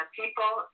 people